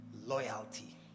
loyalty